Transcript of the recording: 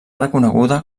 reconeguda